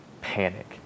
panic